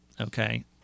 Okay